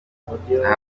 aha